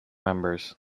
members